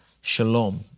shalom